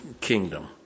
kingdom